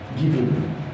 Giving